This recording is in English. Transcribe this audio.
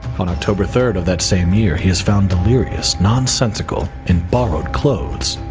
on october third of that same year he is found delirious, nonsensical, in borrowed clothes.